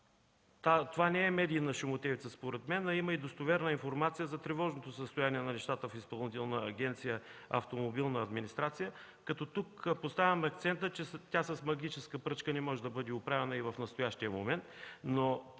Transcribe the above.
Това не е медийна шумотевица, според мен, а има достоверна информация за тревожното състояние на нещата в Изпълнителна агенция „Автомобилна администрация”. Тук поставяме акцента, че тя не може да бъде оправена с магическа